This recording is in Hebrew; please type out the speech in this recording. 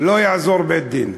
לא יעזור בית-דין,